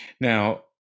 Now